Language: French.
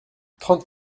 trente